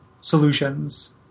solutions